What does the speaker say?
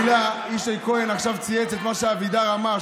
ישי כהן עכשיו צייץ את מה שאבידר אמר,